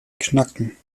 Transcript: knacken